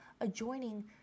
adjoining